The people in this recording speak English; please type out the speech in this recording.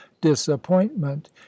disappointment